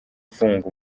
fung